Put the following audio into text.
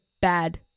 bad